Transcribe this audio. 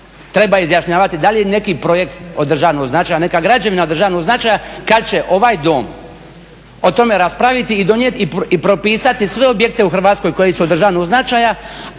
treba izjašnjavati da li je neki projekt od državnog značaja, neka građevina od državnog značaja kad će ovaj Dom o tome raspraviti i donijeti i propisati sve objekte u Hrvatskoj koji su od državnog značaja.